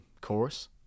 chorus